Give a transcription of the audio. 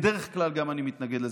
בדרך כלל גם אני מתנגד לזה,